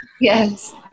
Yes